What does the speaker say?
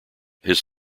his